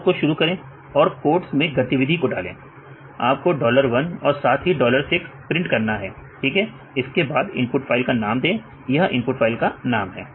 okay को शुरू करें और कोट्स में गतिविधि को डालें आपको डॉलर 1और साथ ही डॉलर 6 प्रिंट करना है ठीक है उसके बाद इनपुट फाइल का नाम दें यह इनपुट फाइल का नाम है